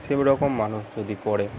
সেইরকম মানুষ যদি পড়ে